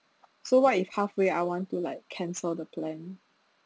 so what if halfway I want to like cancel the plan